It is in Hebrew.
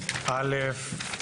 78כד(א)(4)